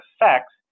effects